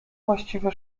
właściwie